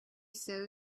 sow